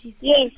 Yes